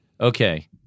okay